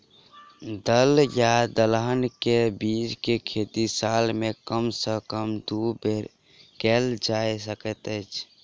दल या दलहन केँ के बीज केँ खेती साल मे कम सँ कम दु बेर कैल जाय सकैत अछि?